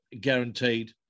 guaranteed